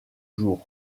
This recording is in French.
jour